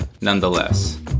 nonetheless